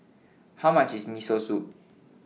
How much IS Miso Soup